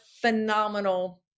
phenomenal